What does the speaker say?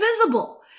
visible